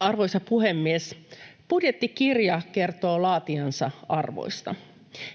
Arvoisa puhemies! Budjettikirja kertoo laatijansa arvoista.